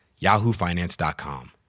yahoofinance.com